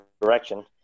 direction